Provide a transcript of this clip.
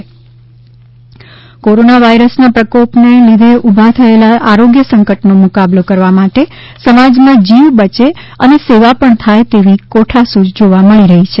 corona સામે લોક પહેલ કોરોના વાઇરસના પ્રકોપને લીધે ઊભા થયેલા આરોગ્ય સંકટનો મુકાબલો કરવા માટે સમાજમાં જીવ બચે અને સેવા પણ થાય તેવી કોઠાસૂઝ જોવા મળી રહી છે